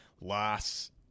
loss